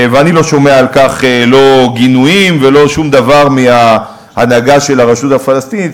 ואני לא שומע על כך לא גינויים ולא שום דבר מההנהגה של הרשות הפלסטינית,